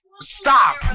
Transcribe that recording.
stop